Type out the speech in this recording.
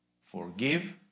forgive